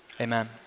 amen